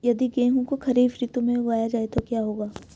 यदि गेहूँ को खरीफ ऋतु में उगाया जाए तो क्या होगा?